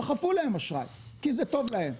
דחפו להם אשראי, כי זה טוב להם.